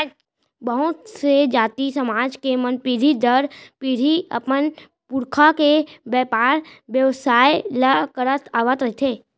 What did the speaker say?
बहुत से जाति, समाज के मन पीढ़ी दर पीढ़ी अपन पुरखा के बेपार बेवसाय ल करत आवत रिहिथे